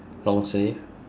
long sleeve